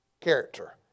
character